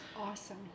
awesome